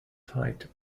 tied